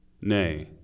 Nay